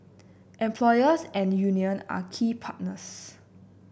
employers and union are key partners